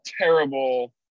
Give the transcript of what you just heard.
terrible